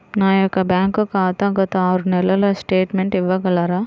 నా యొక్క బ్యాంక్ ఖాతా గత ఆరు నెలల స్టేట్మెంట్ ఇవ్వగలరా?